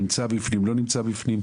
נמצא בפנים לא נמצא בפנים?